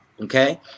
Okay